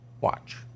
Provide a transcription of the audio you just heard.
Watch